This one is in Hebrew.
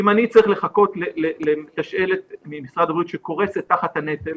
אם אני צריך לחכות למתשאלת ממשרד הבריאות שקורסת תחת הנטל,